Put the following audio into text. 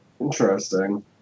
Interesting